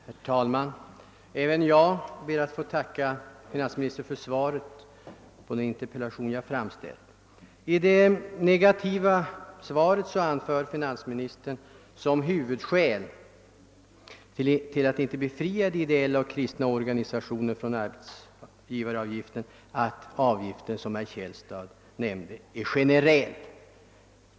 Herr talman! Även jag ber att få tacka finansministern för svaret, som dock är negativt. Finansministern anför som huvudskäl för att inte befria de ideella och kristna organisationerna från arbetsgivaravgiften att avgiften — som herr Källstad nämnde — är generell.